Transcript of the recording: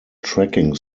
tracking